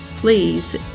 please